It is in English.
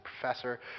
professor